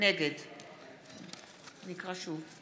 נגד אקרא שוב: